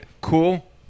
cool